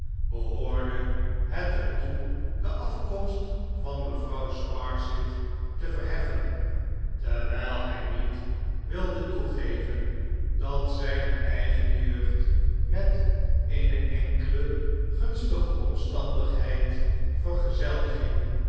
behoorde het er toe de afkomst van mevrouw sparsit te verheffen terwijl hij niet wilde toegeven dat zijne eigene jeugd met eene enkele gunstige omstandigheid vergezeld ging